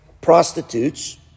prostitutes